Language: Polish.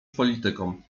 politykom